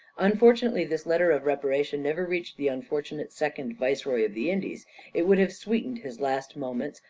unfortunately this letter of reparation never reached the unfortunate second viceroy of the indies it would have sweetened his last moments,